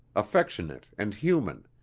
affectionate and human,